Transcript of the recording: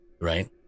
Right